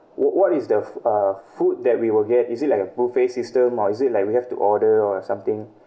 what what is the uh food that we will get is it like a buffet system or is it like we have to order or something